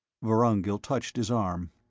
vorongil touched his arm.